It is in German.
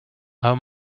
aber